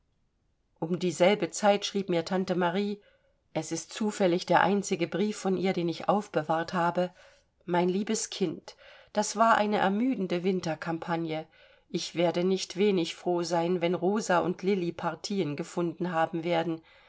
um dieselbe zeit schrieb mir tante marie es ist zufällig der einzige brief von ihr den ich aufbewahrt habe mein liebes kind das war eine ermüdende winter campagne ich werde nicht wenig froh sein wenn rosa und lilli partien gefunden haben werden